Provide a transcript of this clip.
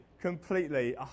completely